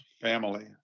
family